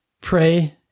Pray